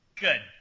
Good